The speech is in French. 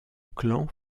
clans